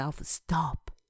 Stop